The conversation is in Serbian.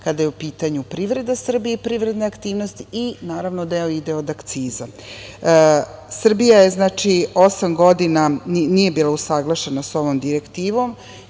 kada je u pitanju privreda Srbije i privredna aktivnost i naravno deo ide od akciza. Srbija osam godina nije bila usaglašena sa ovom direktivom